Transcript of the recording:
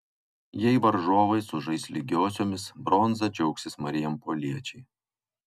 jei varžovai sužais lygiosiomis bronza džiaugsis marijampoliečiai